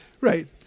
Right